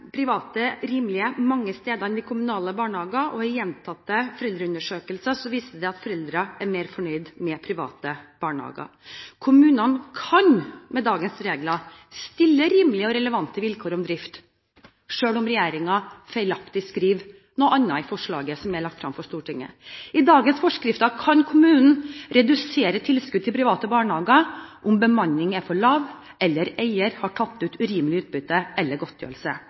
mange steder rimeligere enn de kommunale barnehagene, og i gjentatte foreldreundersøkelser viser det seg at foreldre er mer fornøyde med private barnehager. Kommunene kan med dagens regler stille rimelige og relevante vilkår om drift, selv om regjeringen feilaktig skriver noe annet i forslaget som er lagt frem for Stortinget. Ifølge dagens forskrifter kan kommunen redusere tilskudd til private barnehager om bemanningen er for lav, eller eier har tatt ut urimelig utbytte eller godtgjørelse.